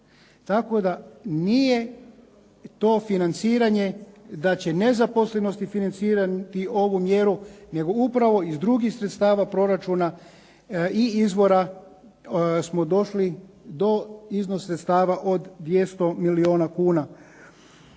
Tako da nije to financiranje da će nezaposlenosti financirati ovu mjeru, nego upravo iz drugih sredstava proračuna i izvora smo došli do iznosa sredstava od 200 milijuna kuna.